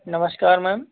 नमस्कार मैम